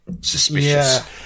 suspicious